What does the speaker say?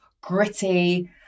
gritty